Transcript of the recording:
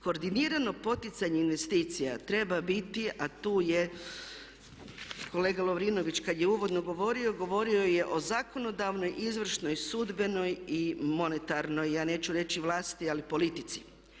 Koordinirano poticanje investicija treba biti a tu je kolega Lovrinović kada je uvodno govorio, govorio je o zakonodavnoj, izvršnoj i sudbenoj i monetarnoj, ja neću reći vlasti ali politici.